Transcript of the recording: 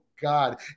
God